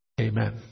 Amen